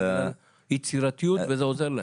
בגלל יצירתיות וזה עוזר להם.